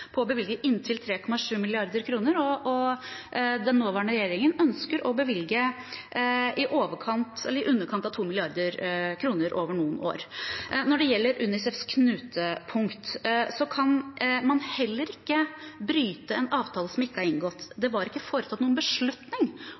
å bevilge inntil 3,7 mrd. kr, og den nåværende regjeringen ønsker å bevilge i underkant av 2 mrd. kr over noen år. Når det gjelder UNICEFs knutepunkt, kan man heller ikke bryte en avtale som ikke er inngått. Det var ikke foretatt noen beslutning